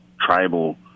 tribal